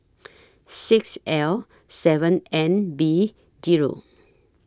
six L seven N B Zero